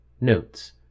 Notes